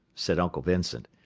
said uncle vincent,